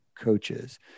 coaches